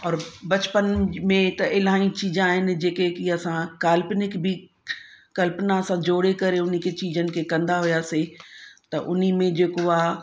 और बचपन में त इलाही चीजा आहिनि जेके कि असां काल्पनिक बि कल्पना सां जोड़े करे उन्हनि खे चीजनि खे कंदा हुयासीं त उन्ही में जेको आहे